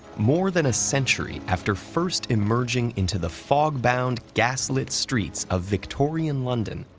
more than a century after first emerging into the fog-bound, gas-lit streets of victorian london,